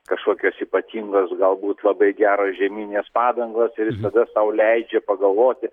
kažkokios ypatingos galbūt labai geros žieminės padangos ir jis tada sau leidžia pagalvoti